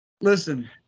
Listen